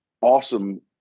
awesome